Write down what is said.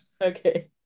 Okay